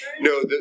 no